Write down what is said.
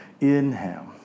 Inhale